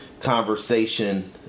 conversation